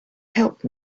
help